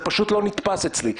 זה פשוט לא נתפס אצלי.